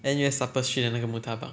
N_U_S supper street 的那个 murtabak